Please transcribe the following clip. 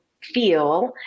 feel